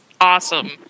awesome